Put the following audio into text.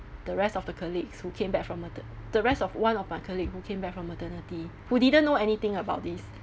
the rest of the colleagues who came back from mater~ the rest of one of my colleague who came back from maternity who didn't know anything about this